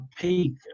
peak